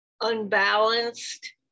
unbalanced